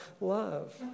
love